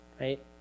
right